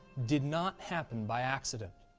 did not happen by accident.